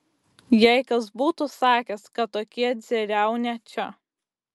jei kas būtų sakęs kad tokie dzeriaunia čia